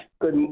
Good